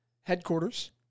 headquarters